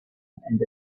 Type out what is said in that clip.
and